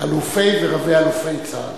אלופי ורבי-אלופי צה"ל.